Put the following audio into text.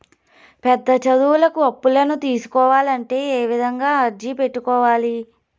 పెద్ద చదువులకు అప్పులను తీసుకోవాలంటే ఏ విధంగా అర్జీ పెట్టుకోవాలి?